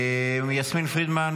יסמין פרידמן.